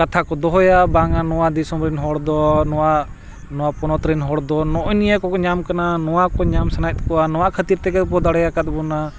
ᱠᱟᱛᱷᱟ ᱠᱚ ᱫᱚᱦᱚᱭᱟ ᱵᱟᱝᱼᱟ ᱱᱚᱣᱟ ᱫᱤᱥᱚᱢ ᱨᱮᱱ ᱦᱚᱲᱫᱚ ᱱᱚᱣᱟ ᱯᱚᱱᱚᱛ ᱨᱮᱱ ᱦᱚᱲ ᱫᱚ ᱱᱚᱜᱼᱚᱭ ᱱᱤᱭᱟᱹ ᱠᱚᱠᱚ ᱧᱟᱢ ᱠᱟᱱᱟ ᱱᱚᱣᱟ ᱠᱚ ᱧᱟᱢ ᱥᱟᱱᱟᱭᱮᱫ ᱠᱚᱣᱟ ᱱᱚᱣᱟ ᱠᱷᱟᱹᱛᱤᱨ ᱛᱮᱜᱮ ᱠᱚ ᱫᱟᱲᱮ ᱟᱠᱟᱫ ᱵᱚᱱᱟ